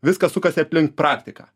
viskas sukasi aplink praktiką